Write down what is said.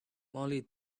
mollie